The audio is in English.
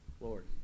Lord